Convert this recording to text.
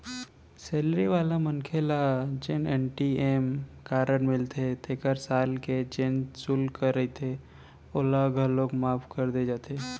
salary वाला मनखे ल जेन ए.टी.एम कारड मिलथे तेखर साल के जेन सुल्क रहिथे ओला घलौक माफ कर दे जाथे